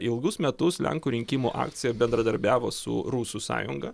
ilgus metus lenkų rinkimų akcija bendradarbiavo su rusų sąjunga